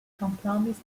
compromised